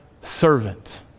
servant